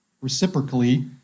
reciprocally